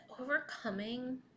overcoming